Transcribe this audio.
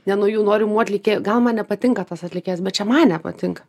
ne nuo jų norimų atlikėjų gal man nepatinka tas atlikėjas bet čia man nepatinka